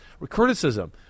criticism